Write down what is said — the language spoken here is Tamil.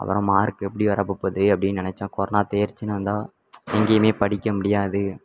அப்புறம் மார்க் எப்படி வரப்பப்போகுது அப்படின்னு நினச்சோம் கொரோனா தேர்ச்சின்னு வந்தால் எங்கேயுமே படிக்க முடியாது